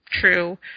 true